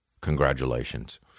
Congratulations